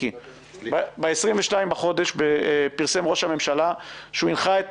ב-22 בחודש פרסם ראש הממשלה שהוא הנחה את